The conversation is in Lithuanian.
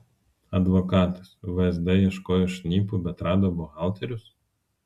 advokatas vsd ieškojo šnipų bet rado buhalterius